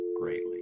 greatly